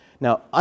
Now